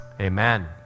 amen